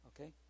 okay